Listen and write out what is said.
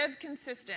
consistent